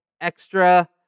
extra